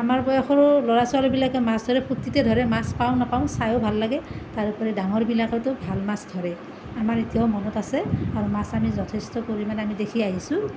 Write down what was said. আমাৰ বয়সৰো ল'ৰা ছোৱালীবিলাকে মাছ ধৰে ফূৰ্তিতে ধৰে মাছ পাওঁ নাপাওঁ চাইও ভাল লাগে তাৰ উপৰিও ডাঙৰবিলাকেতো ভাল মাছ ধৰে আমাৰ এতিয়াও মনত আছে আৰু মাছ আমি যথেষ্ট পৰিমাণে আমি দেখি আহিছোঁ